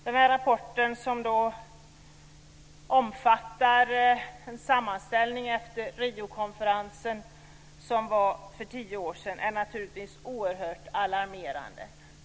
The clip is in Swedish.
Den här rapporten omfattar en sammanställning efter Riokonferensen för tio år sedan. Den är oerhört alarmerande.